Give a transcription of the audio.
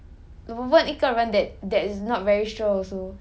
I don't know 等下你又问 like